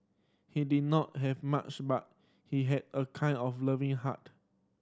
he did not have much but he had a kind of loving heart